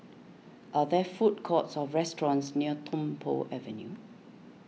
are there food courts or restaurants near Tung Po Avenue